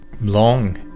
long